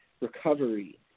recovery